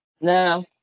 No